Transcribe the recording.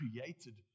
created